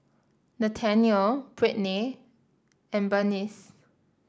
Nathanael Brittnay and Bernice